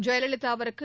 ஜெயலலிதாவுக்கு